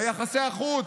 ביחסי החוץ,